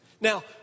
Now